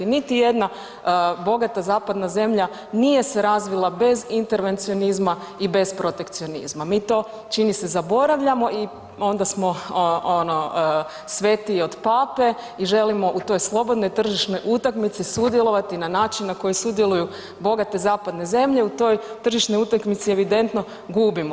Niti jedna bogata zapadna zemlja nije se razvila bez intervencionizma i bez protekcionizma, mi to čini se zaboravljamo i onda smo ono svetiji od pape i želimo u toj slobodnoj tržišnoj utakmici sudjelovati na način na koji sudjeluju bogate zapadne zemlje i u toj tržišnoj utakmici evidentno gubimo.